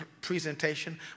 presentation